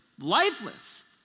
lifeless